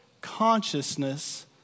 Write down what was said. consciousness